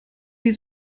die